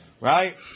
Right